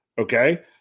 Okay